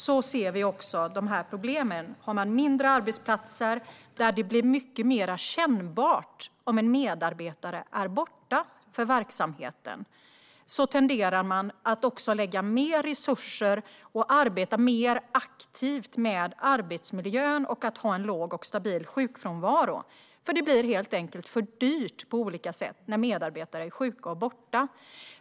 På mindre arbetsplatser, där det blir mycket mer kännbart för verksamheten om en medarbetare är borta, tenderar man att också lägga mer resurser på och arbeta mer aktivt med arbetsmiljön och med att ha en låg och stabil sjukfrånvaro. Det blir nämligen helt enkelt för dyrt på olika sätt när medarbetare är sjuka och borta.